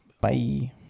Bye